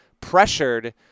pressured